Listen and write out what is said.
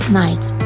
night